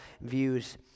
views